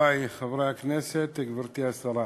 חברי חברי הכנסת, גברתי השרה,